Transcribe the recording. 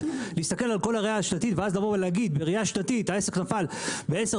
צריך להסתכל על כל הראיה השנתית ואז להגיד שהעסק נפל ב-10%,